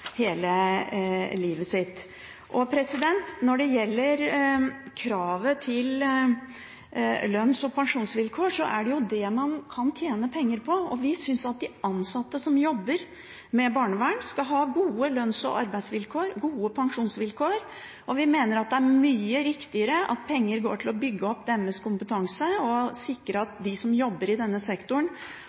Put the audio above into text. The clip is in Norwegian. hele livet sitt. Når det gjelder kravet til lønns- og pensjonsvilkår, så er det jo det man kan tjene penger på. Vi syns at de ansatte som jobber med barnevern, skal ha gode lønns- og arbeidsvilkår, gode pensjonsvilkår, og vi mener at det er mye riktigere at penger går til å bygge opp deres kompetanse og sikre at de som jobber i denne sektoren,